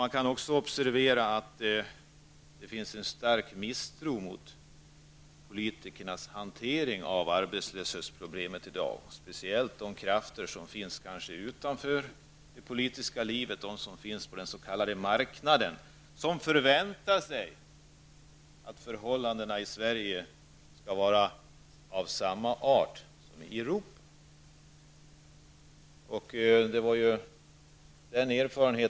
Man kan också observera att det i dag finns en stark misstro mot politikernas hantering av arbetslöshetsproblemet, speciellt bland krafterna utanför det politiska livet på de s.k. marknaden, där man förväntar sig att förhållandena i Sverige skall vara av samma art som förhållandena i Europa.